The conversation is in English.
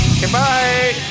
Goodbye